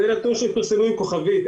זה הנתון שהם פרסמו עם כוכבית.